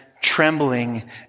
trembling